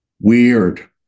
Weird